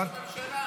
שלך.